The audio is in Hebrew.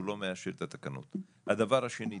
הדבר השני,